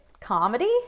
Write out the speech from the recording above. comedy